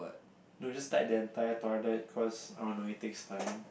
no you just type that entire toilet 'cause I on the way takes time